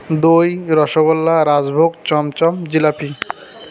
দই রসগোল্লা রাসভোগ চমচম জিলিপি